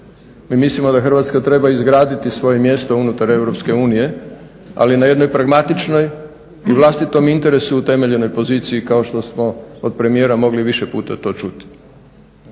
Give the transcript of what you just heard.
mi mislimo da Hrvatska treba izgraditi svoje mjesto unutar Europske unije ali na jednoj pragmatičnoj i vlastitom interesu temeljenoj poziciji kao što smo od premijera mogli više puta to čuti,